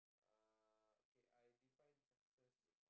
uh okay I define success